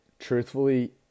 Truthfully